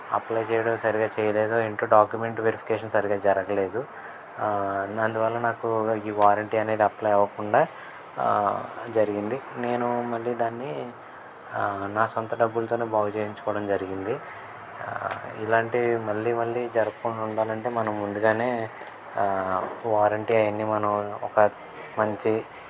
apply చేయడం సరిగా చేయలేదు ఎంటో డాక్యుమెంట్ వెరిఫికేషన్ సరిగా జరగలేదు అందువల్ల నాకు ఈ వారంటీ అనేది అప్లై అవ్వకుండా జరిగింది నేను మళ్ళీ దాన్ని నా సొంత డబ్బుల్తో బాగు చేయించుకోవడం జరిగింది ఇలాంటివి మళ్ళీ మళ్ళీ జరగకుండా ఉండాలంటే మనం ముందుగానే వారంటీ అవి అన్నీ మనం ఒక మంచి